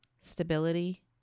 stability